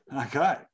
Okay